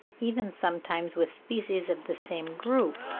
even sometimes with species of the same group,